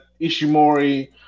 Ishimori